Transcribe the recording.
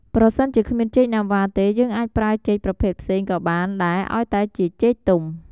ប្រសិនជាគ្មានចេកណាំវ៉ាទេ យើងអាចប្រើចេកប្រភេទផ្សេងក៏បានដែរឱ្យតែជាចេកទុំ។